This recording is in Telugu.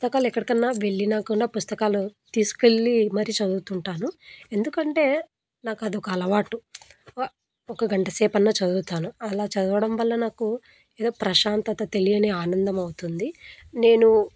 పుస్తకాలు ఎక్కడికైనా వెళ్ళిన కూడా పుస్తకాలు తీసుకెళ్ళి మరి చదువుతుంటాను ఎందుకంటే నాకు అది అలవాటు ఒక గంటసేపన్నా చదువుతాను అలా చదవడం వల్ల నాకు ఏదో ప్రశాంతత తెలియని ఆనందంమవుతుంది నేను